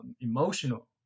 emotional